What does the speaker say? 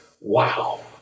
Wow